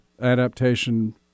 adaptation